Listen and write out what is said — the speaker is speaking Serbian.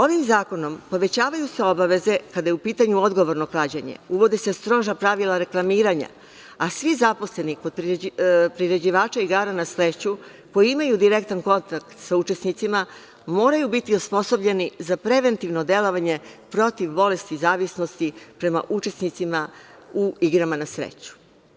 Ovim zakonom povećavaju se obaveze kada je u pitanju odgovorno klađenje, uvode se stroža pravila reklamiranja, a svi zaposleni kod priređivača igara na sreću koji imaju direktan kontakt sa učesnicima moraju biti osposobljeni za preventivno delovanje protiv bolesti zavisnosti prema učesnicima u igrama na sreću.